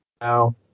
now